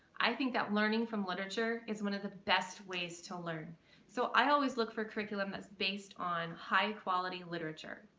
i think that learning from literature is one of the best ways to learn so i always look for curriculum that's based on high quality literature.